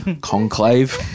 conclave